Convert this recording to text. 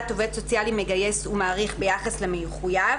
דעת עובד סוציאלי מגייס ומעריך ביחס למחויב,